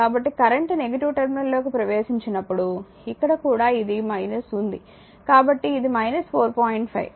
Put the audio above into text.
కాబట్టి current negative terminal లోకి ప్రవేశించినప్పుడు ఇక్కడ కూడా ఇది ఉంది కాబట్టి ఇది 4 5